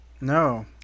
No